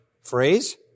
phrase